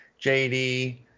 JD